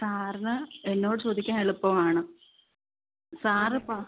സാറിന് എന്നോട് ചോദിക്കാൻ എളുപ്പം ആണ് സാർ പ